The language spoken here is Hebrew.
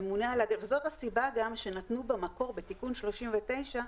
זאת הסיבה גם שנתנו במקור, בתיקון 39,